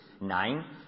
nine